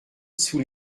sous